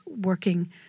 working